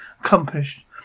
accomplished